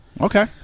okay